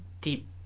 deep